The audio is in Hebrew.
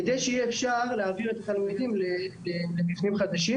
כדי שיהיה אפשר להעביר את התלמידים למבנים חדשים.